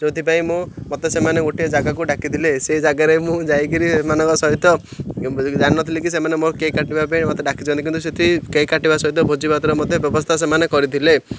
ଯେଉଁଥିପାଇଁ ମୁଁ ମୋତେ ସେମାନେ ଗୋଟିଏ ଜାଗାକୁ ଡାକିଥିଲେ ସେ ଜାଗାରେ ମୁଁ ଯାଇକିରି ସେମାନଙ୍କ ସହିତ ଜାଣିନଥିଲି କି ସେମାନେ ମୋ କେକ୍ କାଟିବା ପାଇଁ ମୋତେ ଡାକିଛନ୍ତି କିନ୍ତୁ ସେଠି କେକ୍ କାଟିବା ସହିତ ଭୋଜି ଭାତର ମଧ୍ୟ ବ୍ୟବସ୍ଥା ସେମାନେ କରିଥିଲେ